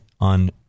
on